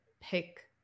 pick